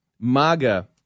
MAGA